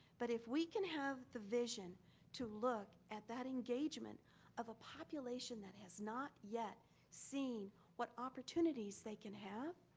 but if we can have the vision to look at that engagement of a population that has not yet seen what opportunities they can have,